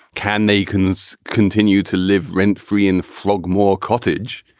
can they can this continue to live rent free and flog more cottage,